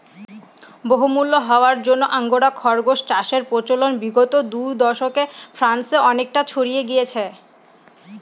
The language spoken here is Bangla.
বহুমূল্য হওয়ার জন্য আঙ্গোরা খরগোস চাষের প্রচলন বিগত দু দশকে ফ্রান্সে অনেকটা ছড়িয়ে গিয়েছে